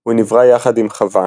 הוא נברא יחד עם חוה,